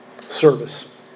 service